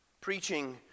Preaching